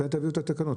מתי תביאו את התקנות,